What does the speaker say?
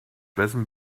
wessen